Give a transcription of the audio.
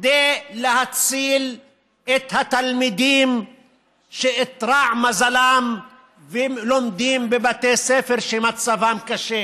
כדי להציל את התלמידים שאיתרע מזלם והם לומדים בבתי ספר שמצבם קשה.